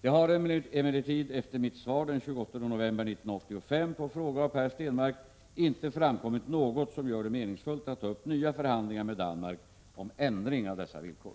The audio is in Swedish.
Det har emellertid, efter mitt svar den 28 november 1985 på fråga av Per Stenmarck, inte framkommit något som gör det meningsfullt att ta upp nya förhandlingar med Danmark om ändring av dessa villkor.